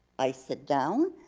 i sit down,